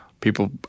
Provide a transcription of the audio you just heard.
people